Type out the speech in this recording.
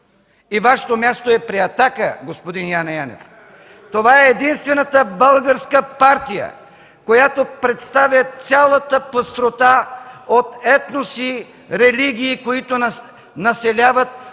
и Вашето място е при „Атака”, господин Яне Янев. Това е единствената българска партия, която представя цялата пъстрота от етноси, религии, които населяват